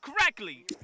correctly